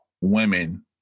women